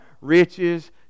riches